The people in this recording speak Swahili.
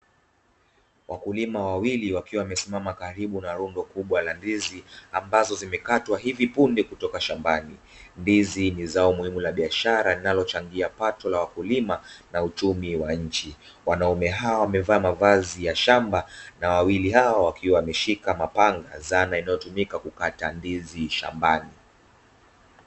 Wakulima wawili wakiwa wamesimama karibu na rundo kubwa la ndizi ambazo zimekatwa hivi punde kutoka shambani, ndizi ni zao muhimu na biashara linalochangia pato la wakulima na uchumi wa nchi, wanaume hao wamevaa mavazi ya shamba na wawili hawa wakiwa wameshika mapanga zana inayotumika kukata ndizi shambani.